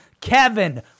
Kevin